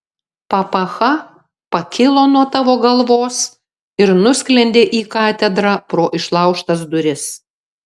papacha pakilo nuo tavo galvos ir nusklendė į katedrą pro išlaužtas duris